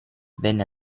venne